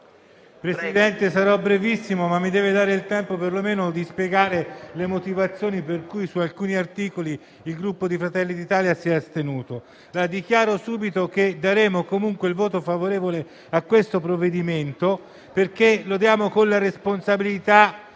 Presidente, sarò brevissimo, ma vorrei avere il tempo perlomeno di spiegare le motivazioni per cui su alcuni articoli il Gruppo Fratelli d'Italia si è astenuto. Dichiaro subito che esprimeremo voto favorevole su questo provvedimento e lo diamo con responsabilità,